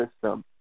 system